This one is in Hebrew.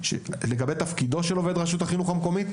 לגבי תפקידו של עובד רשות החינוך המקומית,